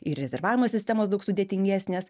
ir rezervavimo sistemos daug sudėtingesnės